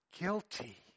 Guilty